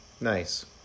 Nice